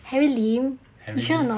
harry lim you sure or not